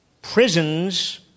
prisons